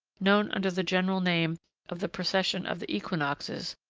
known under the general name of the precession of the equinoxes,